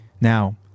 Now